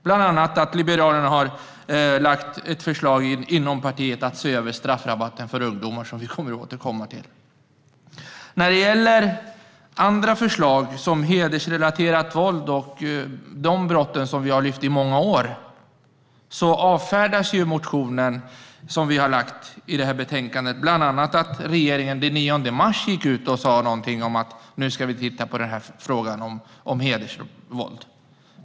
Bland annat har Liberalerna lagt fram ett förslag inom partiet att se över straffrabatten för ungdomar, vilket vi kommer att återkomma till. När det gäller andra förslag såsom hedersrelaterat våld och de brotten, som vi har lyft fram i många år, avfärdas motionen som vi har lagt fram i betänkandet - bland annat med att regeringen den 9 mars gick ut och sa någonting om att nu ska vi titta på frågan om hedersvåld.